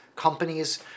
companies